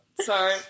Sorry